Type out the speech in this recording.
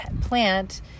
plant